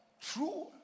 true